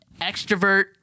extrovert